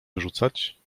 wyrzucać